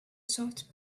soft